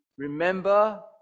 Remember